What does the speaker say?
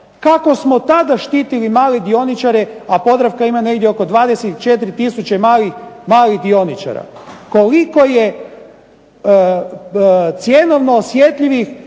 Kako smo tada štitili male dioničare, a Podravka ima negdje oko 24 tisuće malih dioničara, koliko je cjenovno osjetljivih